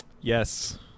Yes